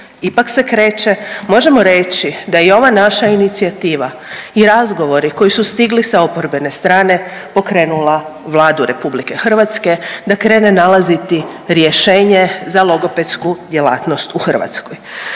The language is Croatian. ipak se kreće možemo reći da i ova naša inicijativa i razgovori koji su stigli sa oporbene strane pokrenula Vladu RH da krene nalaziti rješenje za logopedsku djelatnost u Hrvatskoj.